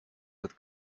with